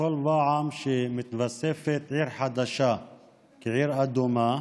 בכל פעם שמתווספת עיר חדשה כעיר אדומה,